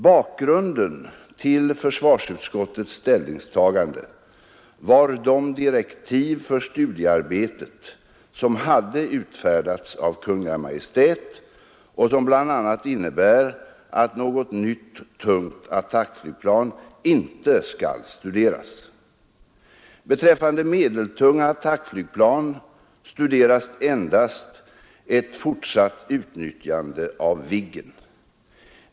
Bakgrunden till försvarsutskottets ställningstagande var de direktiv för studiearbetet som hade utfärdats av Kungl. Maj:t och som bl.a. innebär att något nytt tungt attackflygplan inte skall studeras. Beträffande medeltunga attackflygplan studeras endast ett fortsatt utnyttjande av Viggen.